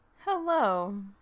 Hello